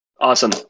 Awesome